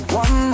one